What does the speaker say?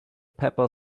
pepper